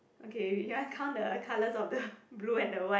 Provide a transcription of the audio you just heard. okay you want count the colors of the blue and the white